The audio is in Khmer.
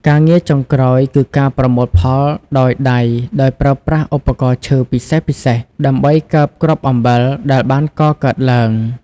ការងារចុងក្រោយគឺការប្រមូលផលដោយដៃដោយប្រើប្រាស់ឧបករណ៍ឈើពិសេសៗដើម្បីកើបគ្រាប់អំបិលដែលបានកកើតឡើង។